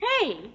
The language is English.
Hey